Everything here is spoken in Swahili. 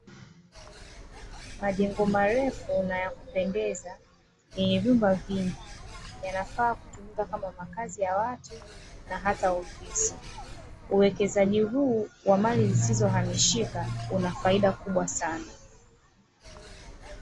Majengo marefu na ya kupendeza yenye vyumba vingi, yanafaa kutumika kama makazi ya watu, na hata ofisi. Uwekezaji huu wa mali zisizohamishika, una faida kubwa sana.